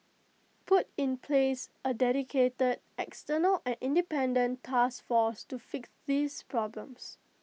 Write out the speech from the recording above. put in place A dedicated external and independent task force to fix these problems